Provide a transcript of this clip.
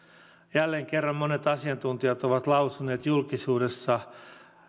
jälleen kerran monet asiantuntijat ovat lausuneet julkisuudessa